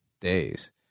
days